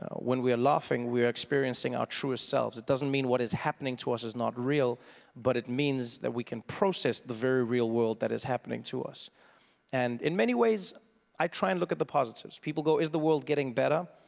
when we are laughing we are experiencing our truer selves. it doesn't mean what i happening to us is not real but it means that we can process the very real world that is happening to us and in many ways i try and look at the positives. people go, is the world getting better?